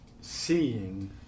seeing